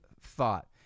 thought